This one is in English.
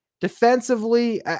Defensively